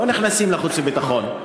לא נכנסים לחוץ וביטחון.